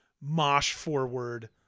mosh-forward